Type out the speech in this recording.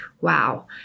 Wow